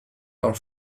are